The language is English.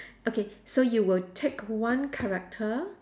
okay so you will take one character